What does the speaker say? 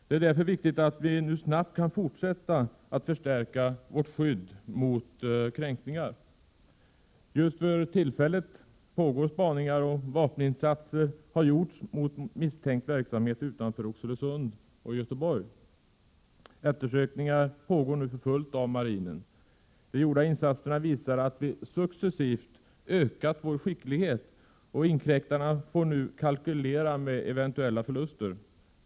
Det är därför viktigt att vi nu snabbt kan fortsätta att förstärka vårt skydd mot kränkningar. För tillfället pågår spaningar, och vapeninsatser har gjorts mot misstänkt verksamhet utanför Oxelösund och Göteborg. Eftersökningar pågår nu för fullt inom marinen. De gjorda insatserna visar att vi successivt har ökat vår skicklighet, och inkräktarna får nu kalkylera med eventuella förluster.